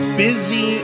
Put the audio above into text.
busy